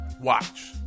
Watch